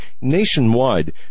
nationwide